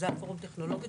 פורום טכנולוגיות,